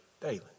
daily